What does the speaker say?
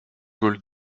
col